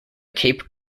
cape